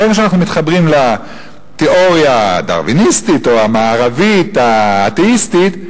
ברגע שאנחנו מתחברים לתיאוריה הדרוויניסטית או המערבית האתיאיסטית,